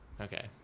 Okay